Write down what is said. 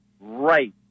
right